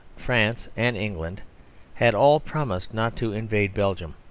france, and england had all promised not to invade belgium.